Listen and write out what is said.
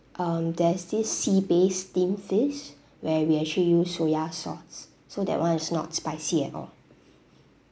um there's this sea based steamed fish where we actually use soya sauce so that [one] is not spicy at all